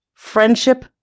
Friendship